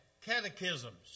catechisms